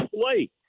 play